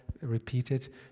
repeated